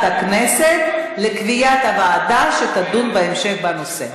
הכנסת לקביעת הוועדה שתדון בהמשך בנושא.